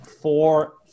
four